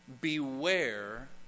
Beware